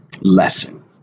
lesson